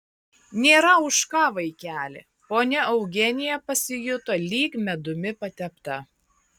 nėra už ką vaikeli ponia eugenija pasijuto lyg medumi patepta